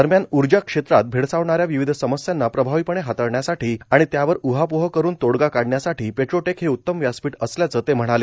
दरम्यान ऊर्जा क्षेत्रात भेडसावणाऱ्या विविध समस्यांना प्रभाविपणे हातळण्यासाठी आणि त्यावर उहापोहकरून तोडगा काढण्यासाठी पेट्रोटेक हे उत्तम व्यासपीठ असल्याचं ते म्हणाले